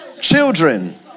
children